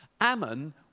Ammon